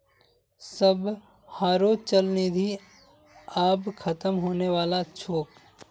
सबहारो चल निधि आब ख़तम होने बला छोक